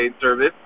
service